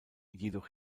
jedoch